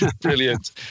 Brilliant